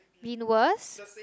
been worse